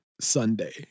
Sunday